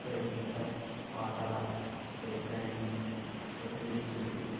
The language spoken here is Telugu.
ప్రస్తుత పాటల సేకరణని షఫుల్ చేయి